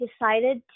decided